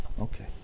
Okay